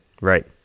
right